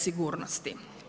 sigurnosti.